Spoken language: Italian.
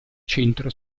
centro